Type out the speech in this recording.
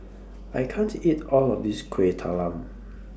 I can't eat All of This Kueh Talam